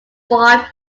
five